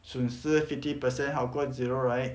损失 fifty percent 好过 zero right